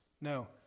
No